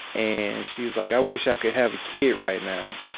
and she was like, i wish i could have a kid right now.